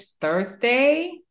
Thursday